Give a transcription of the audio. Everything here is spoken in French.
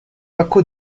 paco